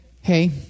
hey